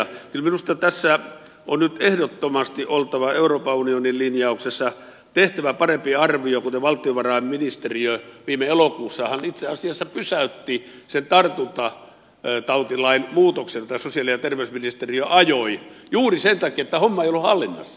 kyllä minusta tässä on nyt ehdottomasti oltava euroopan unionin linjauksessa tehtävä parempi arvio kuten valtiovarainministeriö viime elokuussahan itse asiassa pysäytti sen tartuntatautilain muutoksen mitä sosiaali ja terveysministeriö ajoi juuri sen takia että homma ei ollut hallinnassa